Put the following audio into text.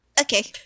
Okay